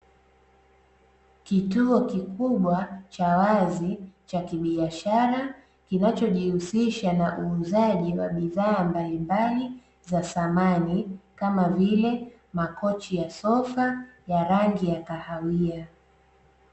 Kituo kikubwa, cha wazi, cha kibiashara kinachojihusisha na uuzaji wa bidhaa mbalimbali za samani kama vile makochi ya sofa, ya rangi ya kahawia.